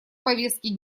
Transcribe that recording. повестке